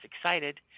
excited